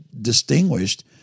distinguished